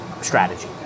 strategy